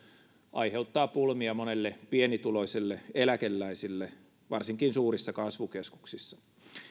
aiheuttaa pulmia monelle pienituloiselle eläkeläiselle varsinkin suurissa kasvukeskuksissa